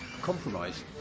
compromised